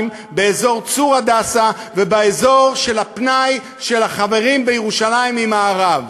באזור צור-הדסה ובאזור של הפנאי של החברים בירושלים ממערב.